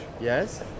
Yes